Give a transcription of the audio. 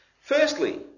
Firstly